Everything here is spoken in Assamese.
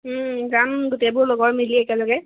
যাম গোটেইবোৰ লগৰ মিলি একেলগে